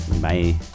Bye